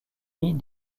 famille